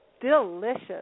Delicious